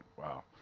Wow